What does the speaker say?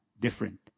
different